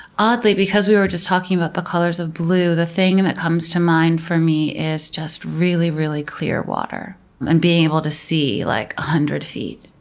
oddly, because we were just talking about the colors of blue, the thing and that comes to mind for me is just really, really clear water and being able to see like a hundred feet.